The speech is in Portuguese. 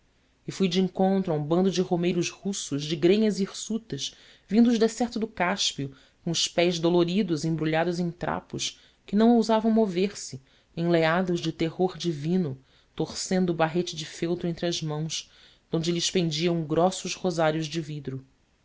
e fui de encontro a um bando de romeiros russos de grenhas hirsutas vindos decerto do cáspio com os pés doloridos embrulhados em trapos que não ousavam mover-se enleados de terror divino torcendo o barrete de feltro entre as mãos de onde lhes pendiam grossos rosários de vidro